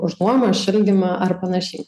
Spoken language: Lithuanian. už nuomą šildymą ar panašiai